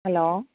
hello